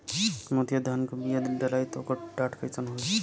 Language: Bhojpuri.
मोतिया धान क बिया डलाईत ओकर डाठ कइसन होइ?